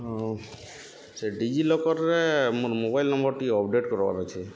ହଁ ସେ ଡିଜିଲକର୍ରେ ମୋର୍ ମୋବାଇଲ୍ ନମ୍ବର୍ ଟିକେ ଅପଡ଼େଟ୍ କର୍ବାର୍ ଅଛେ